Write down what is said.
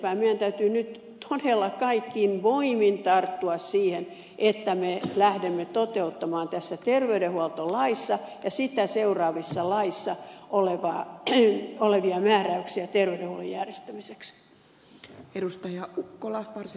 meidän täytyy nyt todella kaikin voimin tarttua siihen että me lähdemme toteuttamaan tässä terveydenhuoltolaissa ja sitä seuraavissa laissa olevaa ei ole enää räpsyttely laeissa olevia määräyksiä terveydenhuollon järjestämiseksi